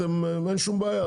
אין שום בעיה.